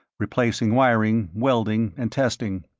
replacing wiring, welding, and testing.